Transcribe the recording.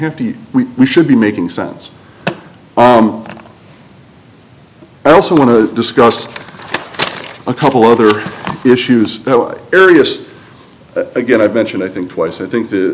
have to we we should be making sense i also want to discuss a couple other issues areas again i've mentioned i think twice i think the